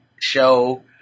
show